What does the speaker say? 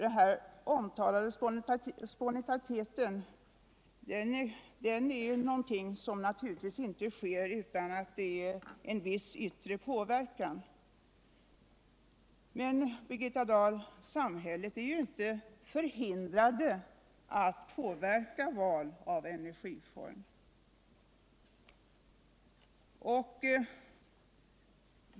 Den här omtalade spontaniteten är någonting som naturligtvis inie uppstår utan en viss yttre påverkan. Men samhället. Birgitta Dahl, är ju inte förhindrat att påverka val av energiform.